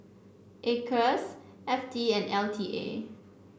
Acres F T and L T A